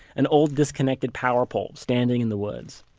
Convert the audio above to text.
an old disconnected power pole standing in the woods